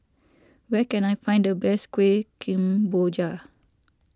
where can I find the best Kueh Kemboja